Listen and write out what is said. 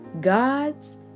God's